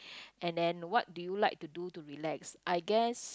and then what do you like to do to relax I guess